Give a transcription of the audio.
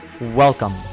Welcome